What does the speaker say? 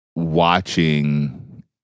Watching